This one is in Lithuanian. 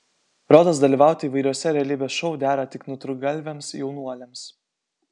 rodos dalyvauti įvairiuose realybės šou dera tik nutrūktgalviams jaunuoliams